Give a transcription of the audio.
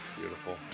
Beautiful